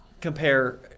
compare